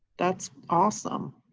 that's awesome.